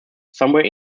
somewhere